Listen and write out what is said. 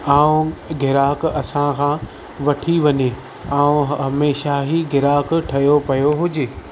ऐं गिराक असां खां वठी वञे ऐं हमेशह ई गिराक ठहियो पियो हुजे